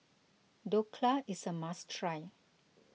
Dhokla is a must try